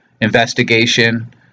investigation